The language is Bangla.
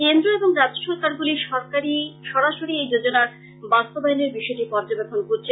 কেন্দ্র এবং রাজ্য সরকারগুলি সরাসরি এই যোজনার বাস্তবায়নের বিষয়টি পর্যবেক্ষণ করছে